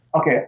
Okay